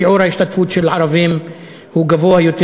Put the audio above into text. שיעור ההשתתפות של ערבים גבוה יותר